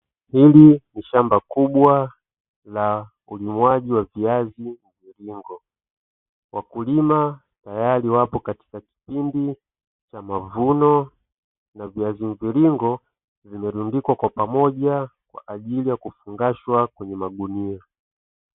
Hili ni shamba kubwa la ulimaji wa viazi mviringo, wakulima tayari wapo katika kipindi cha mavuno na viazi mviringo vimerundikwa kwa pamoja kwa ajili ya kufungashwa kwenye magunia.